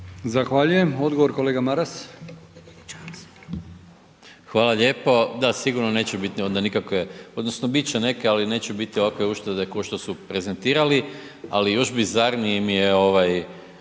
Zahvaljujem. Odgovor kolega Bulj.